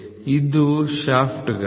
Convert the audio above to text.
ಇದು ಶಾಫ್ಟ್ಗಾಗಿ